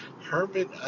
Herman